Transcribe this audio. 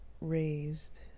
raised